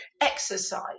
exercise